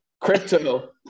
crypto